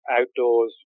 outdoors